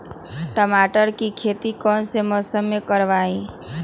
टमाटर की खेती कौन मौसम में करवाई?